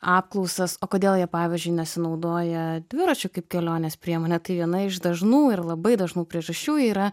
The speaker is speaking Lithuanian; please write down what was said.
apklausas o kodėl jie pavyzdžiui nesinaudoja dviračiu kaip kelionės priemone tai viena iš dažnų ir labai dažnų priežasčių yra